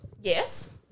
Yes